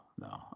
no